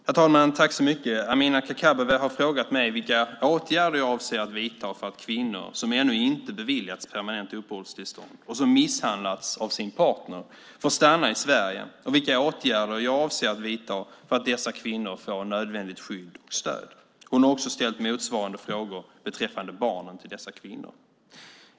Herr talman! Amineh Kakabaveh har frågat mig vilka åtgärder jag avser att vidta för att kvinnor, som ännu inte beviljats permanent uppehållstillstånd och som misshandlats av sin partner, får stanna i Sverige och vilka åtgärder jag avser att vidta för att dessa kvinnor får nödvändigt skydd och stöd. Hon har också ställt motsvarande frågor beträffande barnen till dessa kvinnor.